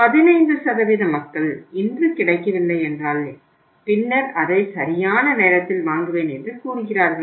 15 மக்கள் இன்று கிடைக்கவில்லை என்றால் பின்னர் அதை சரியான நேரத்தில் வாங்குவேன் என்று கூறுகிறார்கள்